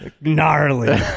gnarly